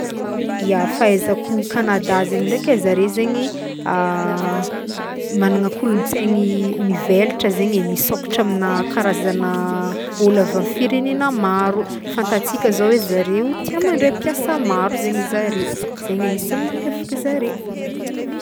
Ya, fahaizako Kanada zegny ndraiky e, zare zegny magnagna kolontsaigny mivelatra zegny e, misokatra amigna karaazagna olo avy amy firegnena maro fantatsika zao hoe zareo tià mandray mpiasa maro zegny zare zegny agnisagn'ny mampiavaka zare.